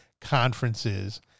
conferences